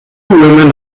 women